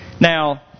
Now